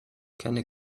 kenne